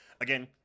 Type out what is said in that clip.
again